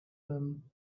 them